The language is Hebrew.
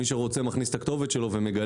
מי שרוצה, מכניס את הכתובת שלו ומגלה.